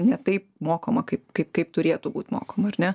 ne taip mokoma kaip kaip kaip turėtų būt mokoma ar ne